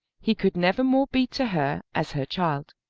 he could never more be to her as her child.